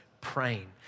Praying